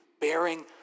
bearing